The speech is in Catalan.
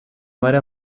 mare